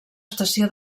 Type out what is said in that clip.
estació